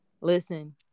Listen